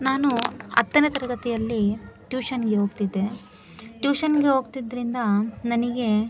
ನಾನು ಹತ್ತನೇ ತರಗತಿಯಲ್ಲಿ ಟ್ಯೂಷನ್ಗೆ ಹೋಗ್ತಿದ್ದೆ ಟ್ಯೂಷನ್ಗೆ ಹೋಗ್ತಿದ್ರಿಂದ ನನಗೆ